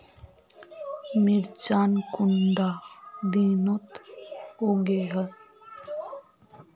मिर्चान कुंडा दिनोत उगैहे?